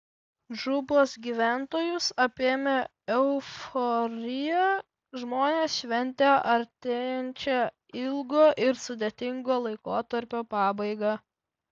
džubos gyventojus apėmė euforija žmonės šventė artėjančią ilgo ir sudėtingo laikotarpio pabaigą